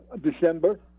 December